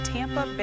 Tampa